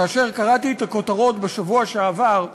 כאשר קראתי את הכותרות בשבוע שעבר,